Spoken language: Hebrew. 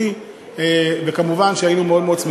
אני מתחיל